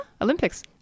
Olympics